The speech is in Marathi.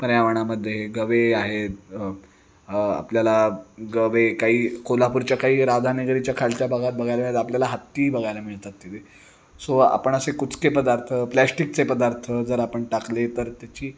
पर्यावरणामध्ये गवे आहेत आपल्याला गवे काही कोल्हापूरच्या काही राधानगरीच्या खालच्या भागात बघायला मिळतात आपल्याला हत्तीही बघायला मिळतात तिथे सो आपण असे कुचके पदार्थ प्लॅश्टिकचे पदार्थ जर आपण टाकले तर त्याची